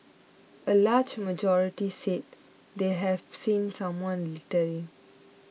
a large majority said they have seen someone littering